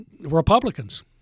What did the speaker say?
Republicans